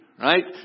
right